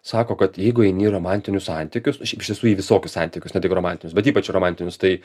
sako kad jeigu eini į romantinius santykius šiaip iš tiesų į visokius santykius ne tik romantinius bet ypač romantinius tai